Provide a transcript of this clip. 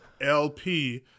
LP